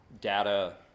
data